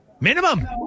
minimum